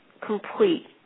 Complete